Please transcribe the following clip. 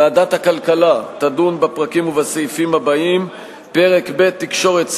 ועדת הכלכלה תדון בפרקים ובסעיפים הבאים: פרק ב' תקשורת,